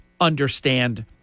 understand